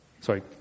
Sorry